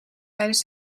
tijdens